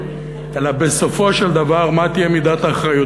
אלא בסופו של דבר מה תהיה מידת האחריות.